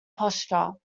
posture